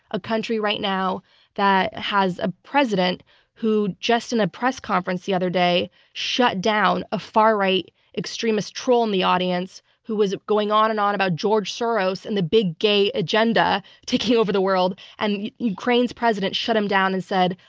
a country right now that has a president who just in a press conference the other day shut down a far-right extremist troll in the audience who was going on and on about george soros and the big gay agenda taking over the world. and ukraine's president shut him down and said,